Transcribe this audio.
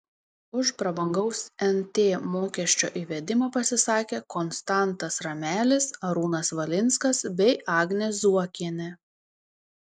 už prabangaus nt mokesčio įvedimą pasisakė konstantas ramelis arūnas valinskas bei agnė zuokienė